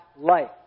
life